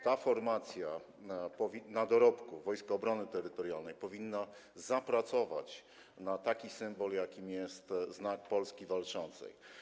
Ta formacja na dorobku, czyli Wojska Obrony Terytorialnej, powinna zapracować na taki symbol, jakim jest Znak Polski Walczącej.